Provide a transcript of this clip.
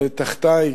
תחתי,